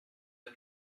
the